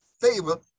Favor